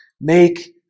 make